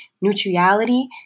neutrality